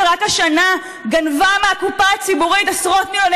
שרק השנה גנבה מהקופה הציבורית מאות מיליוני